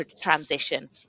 transition